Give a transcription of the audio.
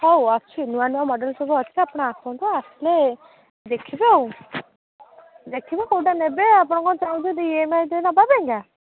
ହଉ ଅଛି ନୂଆ ନୂଆ ମଡ଼େଲ୍ ସବୁ ଅଛି ଆପଣ ଆସନ୍ତୁ ଆସିଲେ ଦେଖିବେ ଆଉ ଦେଖିବେ କେଉଁଟା ନେବେ ଆପଣ କ'ଣ ଚାହୁଁଛନ୍ତି ଇଏମ୍ଆଇରେ ନେବା ପାଇଁକା